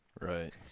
Right